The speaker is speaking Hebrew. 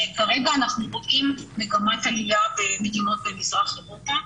כרגע אנחנו רואים מגמת עלייה במדינות במזרח אירופה,